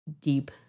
deep